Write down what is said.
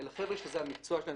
אלא חבר'ה שזה המקצוע שלהם,